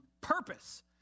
purpose